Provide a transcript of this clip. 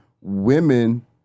women